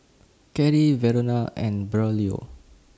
Karrie Verona and Braulio